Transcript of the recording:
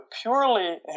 purely